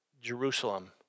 Jerusalem